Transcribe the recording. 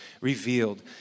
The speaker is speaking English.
revealed